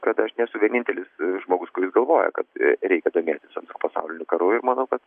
kad aš nesu vienintelis žmogus kuris galvoja kad reikia domėtis pasauliniu karu ir manau kad